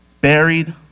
buried